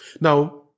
Now